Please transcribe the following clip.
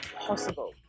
possible